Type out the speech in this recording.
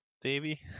Davy